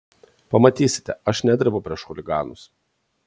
pamatysite aš nedrebu prieš chuliganus